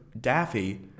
Daffy